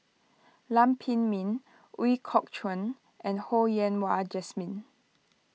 Lam Pin Min Ooi Kok Chuen and Ho Yen Wah Jesmine